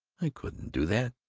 i couldn't do that.